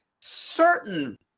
certain